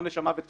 עונש המוות,